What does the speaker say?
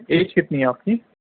age کتنی ہے آپ کی